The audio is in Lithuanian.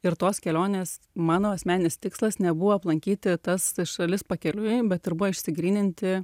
ir tos kelionės mano asmeninis tikslas nebuvo aplankyti tas šalis pakeliui bet ir buvo išsigryninti